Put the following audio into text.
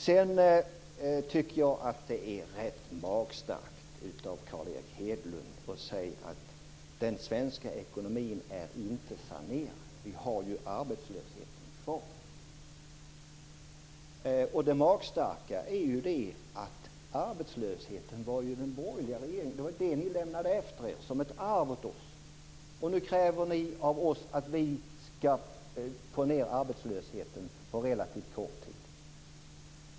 Sedan tycker jag att det är rätt magstarkt av Carl Erik Hedlund att säga att den svenska ekonomin inte är sanerad - vi har ju arbetslösheten kvar. Det magstarka är att arbetslösheten ju är vad den borgerliga regeringen lämnade efter sig som ett arv åt oss. Nu kräver ni av oss att vi skall få ned arbetslösheten på relativt kort tid.